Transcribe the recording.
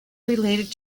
related